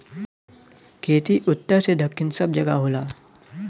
खेती उत्तर से दक्खिन सब जगह होला